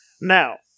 Now